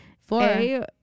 Four